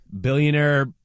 billionaire